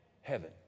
heaven